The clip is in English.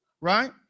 right